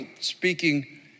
speaking